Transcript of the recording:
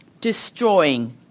destroying